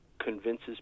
convinces